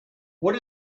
what